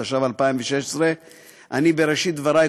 התשע"ו 2016. בראשית דברי,